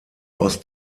aus